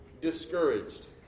discouraged